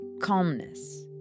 calmness